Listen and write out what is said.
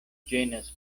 ĝenas